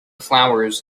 flowers